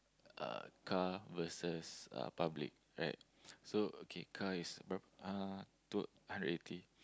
uh car versus uh public right so okay car is berapa uh two hundred eighty